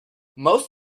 most